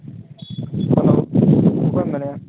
hello ᱚᱠᱚᱭᱮᱢ ᱢᱮᱱᱮᱫᱼᱟ